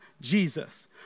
Jesus